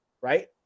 right